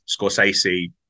Scorsese